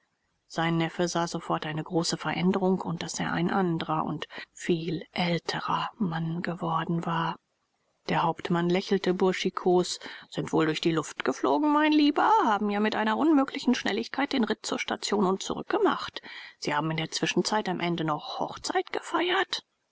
sein neffe sah sofort eine große veränderung und daß er ein andrer und viel älterer mann geworden war der hauptmann lächelte burschikos sind wohl durch die luft geflogen mein lieber haben ja mit einer unmöglichen schnelligkeit den ritt zur station und zurück gemacht sie haben in der zwischenzeit am ende noch hochzeit gefeiert